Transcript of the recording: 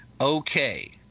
okay